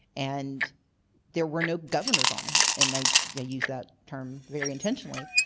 and there were no governors on him, and i use that term very intentionally.